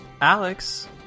Alex